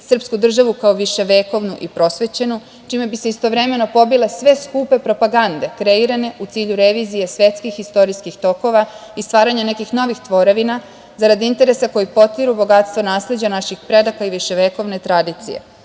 srpsku državnu kao viševekovnu i prosvećenu, čime bi se istovremeno pobile sve skupe propagande kreirane u cilju revizije svetskih istorijskih tokova i stvaranja nekih novih tvorevina, zarad interesa koji potiru bogatstvo nasleđa naših predaka i viševekovne tradicije. Ovo